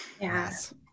Yes